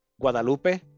Guadalupe